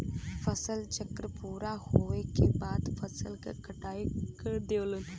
फसल चक्र पूरा होवे के बाद फसल क कटाई कर देवल जाला